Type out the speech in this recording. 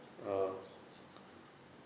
oh